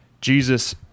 jesus